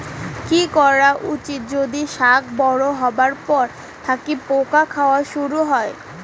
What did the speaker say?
কি করা উচিৎ যদি শাক বড়ো হবার পর থাকি পোকা খাওয়া শুরু হয়?